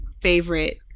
favorite